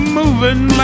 moving